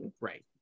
Right